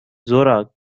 zora